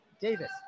Davis